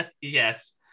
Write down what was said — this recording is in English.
Yes